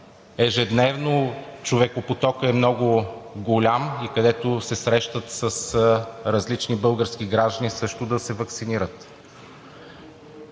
ежедневно човекопотокът е много голям, където се срещат с различни български граждани, също да се ваксинират.